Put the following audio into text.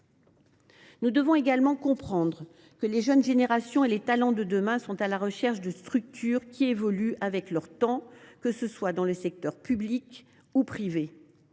Nous devons également comprendre que les jeunes générations et les talents de demain sont à la recherche de structures qui évoluent avec leur temps, que ce soit dans le secteur public ou dans